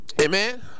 Amen